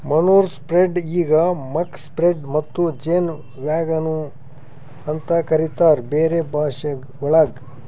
manure spreader ಈಗ್ muck spreader ಮತ್ತ ಜೇನ್ ವ್ಯಾಗನ್ ನು ಅಂತ ಕರಿತಾರ್ ಬೇರೆ ಭಾಷೆವಳಗ್